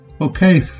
Okay